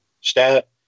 stat